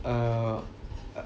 err